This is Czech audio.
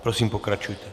Prosím, pokračujte.